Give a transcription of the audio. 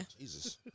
Jesus